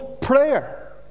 prayer